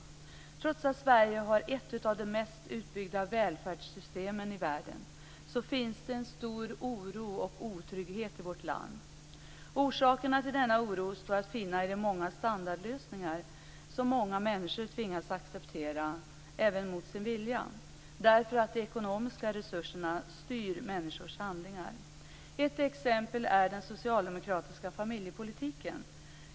Trots att Sverige har ett av de mest utbyggda välfärdssystemen i världen finns det en stor oro och otrygghet i vårt land. Orsakerna till denna oro står att finna i de standardlösningar som många människor tvingas att acceptera även mot sin vilja. De ekonomiska resurserna styr människors handlingar. Ett exempel är den socialdemokratiska familjepolitiken.